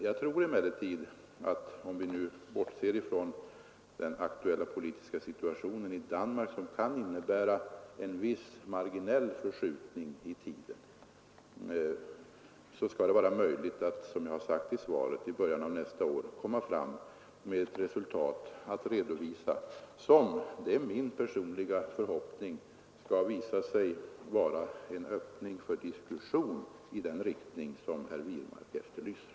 Jag tror emellertid att, om vi nu bortser från den aktuella politiska situationen i Danmark som kan innebära en viss marginell förskjutning i tiden, det skall vara möjligt som jag har sagt i svaret att i början av nästa år redovisa resultat som — det är min personliga förhoppning — skall visa sig vara en öppning för diskussion i den riktning som herr Wirmark efterlyser.